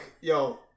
Yo